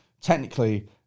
technically